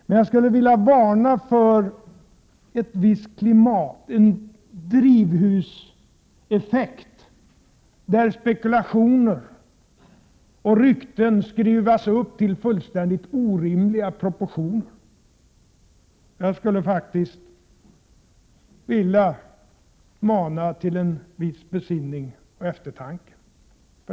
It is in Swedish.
Men jag skulle vilja varna för att det kan uppstå ett visst klimat, en drivhuseffekt, där spekulationer och rykten skruvas upp till fullständigt orimliga proportioner. Och jag skulle faktiskt vilja mana till en viss besinning och till eftertanke.